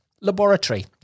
Laboratory